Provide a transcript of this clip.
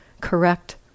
correct